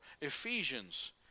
Ephesians